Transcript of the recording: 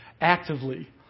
actively